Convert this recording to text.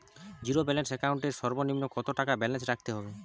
Zero balance account এর সর্বনিম্ন কত টাকা ব্যালেন্স রাখতে হবে?